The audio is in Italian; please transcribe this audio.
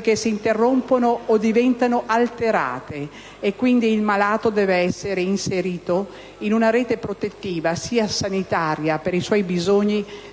che si interrompono o diventano alterate. Quindi, il malato deve essere inserito in una rete protettiva sia sanitaria, per i suoi bisogni di